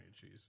cheese